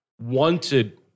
wanted